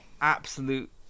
absolute